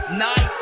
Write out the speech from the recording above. night